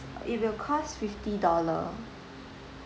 it will cost fifty dollar